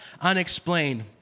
unexplained